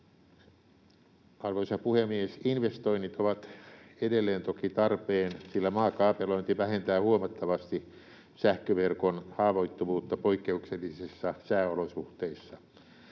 Arvoisa puhemies! Investoinnit ovat edelleen toki tarpeen, sillä maakaapelointi vähentää huomattavasti sähköverkon haavoittuvuutta poikkeuksellisissa sääolosuhteissa.